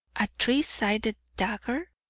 a three-sided dagger?